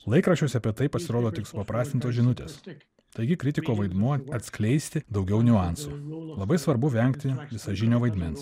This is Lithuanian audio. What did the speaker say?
laikraščiuose apie tai pasirodo tik supaprastintos žinutės taigi kritiko vaidmuo atskleisti daugiau niuansų labai svarbu vengti visažinio vaidmens